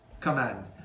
command